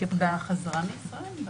לפי -- בחזרה לישראל?